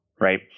right